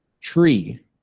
tree